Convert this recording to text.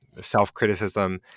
self-criticism